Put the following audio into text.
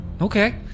Okay